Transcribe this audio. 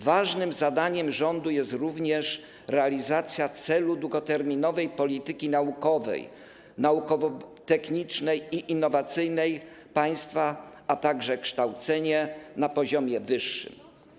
Ważnym zadaniem rządu jest również realizacja celu długoterminowej polityki naukowej, naukowo-technicznej i innowacyjnej państwa, a także kształcenie na poziomie wyższym.